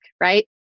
right